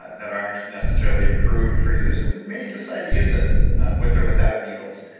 that aren't necessarily approved for use and may decide to use them with or without needles.